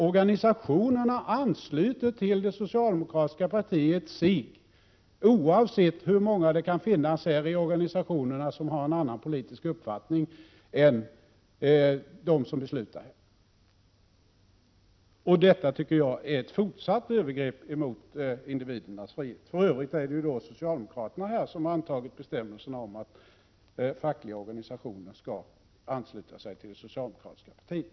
Organisationerna ansluter sig till det socialdemokratiska partiet, oavsett hur många medlemmar i organisationen som har en annan politisk uppfattning än de som beslutar. Detta tycker jag är ett fortsatt övergrepp på individernas frihet. Det är för övrigt socialdemokraterna här som har antagit bestämmelserna om att fackliga organisationer skall ansluta sig till det socialdemokratiska partiet.